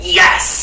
yes